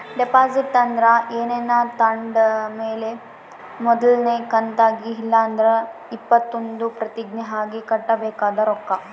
deposit ಅಂದ್ರ ಏನಾನ ತಾಂಡ್ ಮೇಲೆ ಮೊದಲ್ನೇ ಕಂತಾಗಿ ಇಲ್ಲಂದ್ರ ಒಪ್ಪಂದುದ್ ಪ್ರತಿಜ್ಞೆ ಆಗಿ ಕಟ್ಟಬೇಕಾದ ರೊಕ್ಕ